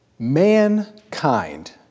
Mankind